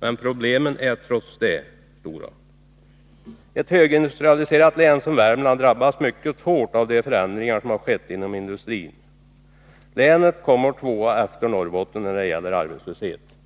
Men problemen är trots detta stora. | Ett högindustrialiserat län som Värmland drabbas mycket hårt av de förändringar som har skett inom industrin. Länet kommer tvåa efter Norrbotten när det gäller arbetslöshet.